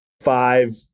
five